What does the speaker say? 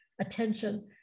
attention